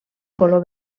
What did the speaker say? color